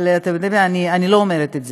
אבל אני לא אומרת את זה.